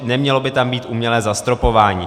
Nemělo by tam být umělé zastropování.